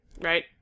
Right